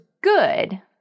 good